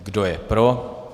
Kdo je pro?